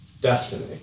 destiny